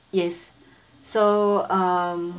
yes so um